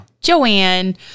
joanne